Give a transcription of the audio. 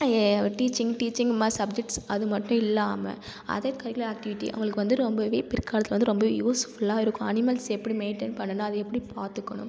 teaching teaching இந்தமாதிரி subjects அது மட்டும் இல்லாமல் அதர் கரிக்குலர் ஆக்டிவிட்டி அவங்களுக்கு வந்து ரொம்பவே பிற்காலத்தில் வந்து ரொம்பவே யூஸ்ஃபுல்லாருக்கும் அனிமல்ஸ் எப்படி மெயின்டைன் பண்ணனும் அதை எப்படி பார்த்துக்கணும்